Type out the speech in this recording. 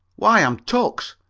why, i'm tucks,